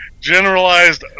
generalized